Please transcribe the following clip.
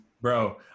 Bro